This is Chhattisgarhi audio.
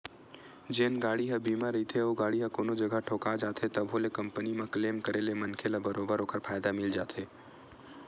जेन गाड़ी ह बीमा रहिथे ओ गाड़ी ह कोनो जगा ठोका जाथे तभो ले कंपनी म क्लेम करे ले मनखे ल बरोबर ओखर फायदा मिल जाथे